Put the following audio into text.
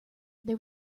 there